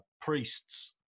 priests